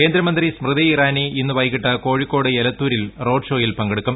കേന്ദ്രമന്ത്രി സ്മൃതി ഇറാനി ഇന്ന് ്വൈകീട്ട് കോഴിക്കോട് എഴ്ചത്തൂരിൽ റോഡ് ഷോയിൽ പങ്കെടുക്കും